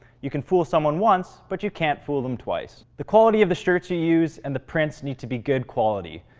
you can fool someone once, but you can't fool them twice. the quality of the shirts you use and the prints needs to be good quality.